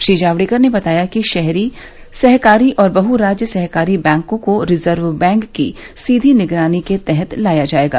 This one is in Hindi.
श्री जावड़ेकर ने बताया कि शहरी सहकारी और बहु राज्य सहकारी बैंकों को रिजर्व बैंक की सीधी निगरानी के तहत लाया जाएगा